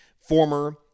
former